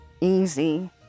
easy